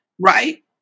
right